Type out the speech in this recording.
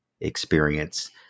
experience